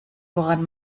woran